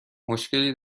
مشکلی